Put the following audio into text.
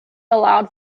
allowed